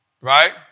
Right